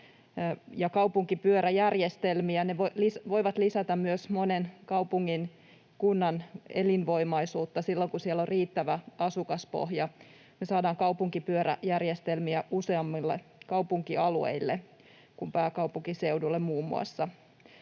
kaupunkipyöräjärjestelmiä. Ne voivat lisätä myös monen kaupungin ja kunnan elinvoimaisuutta silloin, kun siellä on riittävä asukaspohja. Me saadaan kaupunkipyöräjärjestelmiä useammille kaupunkialueille kuin muun muassa